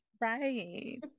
Right